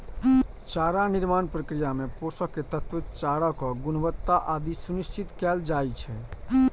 चारा निर्माण प्रक्रिया मे पोषक तत्व, चाराक गुणवत्ता आदि सुनिश्चित कैल जाइ छै